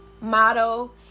motto